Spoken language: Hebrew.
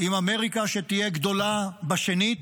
עם אמריקה, שתהיה גדולה בשנית,